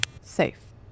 Safe